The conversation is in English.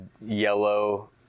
yellow